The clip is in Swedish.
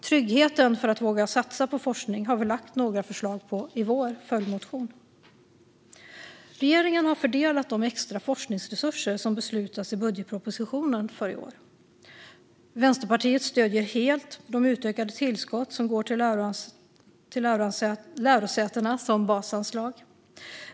Tryggheten att våga satsa på forskning har vi lagt några förslag om i vår följdmotion. Regeringen har fördelat de extra forskningsresurser som beslutades i budgetpropositionen för i år. Vänsterpartiet stöder helt de utökade tillskott som går till lärosätena som basanslag.